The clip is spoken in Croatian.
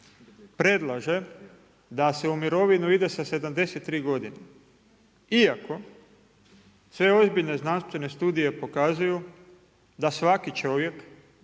predlaže da se u mirovinu ide sa 73 godine, iako sve ozbiljne znanstvene studije pokazuju da svaki čovjek